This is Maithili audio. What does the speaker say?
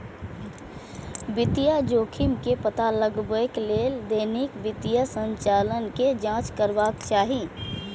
वित्तीय जोखिम के पता लगबै लेल दैनिक वित्तीय संचालन के जांच करबाक चाही